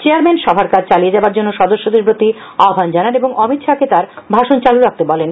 chairman সভার কাজ চালিয়ে যাবার জন্য সদস্যদের প্রতি আহ্বান জানান এবং অমিত শাহকে তাঁর ভাষণ চালু রাখতে বলেন